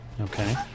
Okay